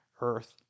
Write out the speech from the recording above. earth